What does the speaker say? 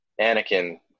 Anakin